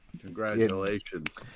Congratulations